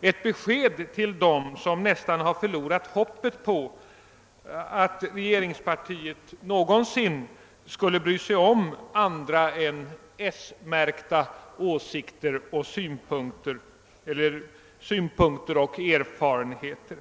ett besked till den som nästan har förlorat hoppet om att regeringspartiet någonsin skulle bry sig om andra än s-märkta synpunkter och erfarenheter.